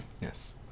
Yes